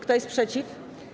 Kto jest przeciw?